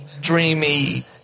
dreamy